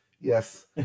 yes